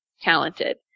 talented